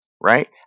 Right